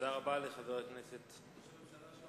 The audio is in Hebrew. תודה רבה לחבר הכנסת אורבך.